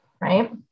right